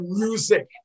music